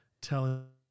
telling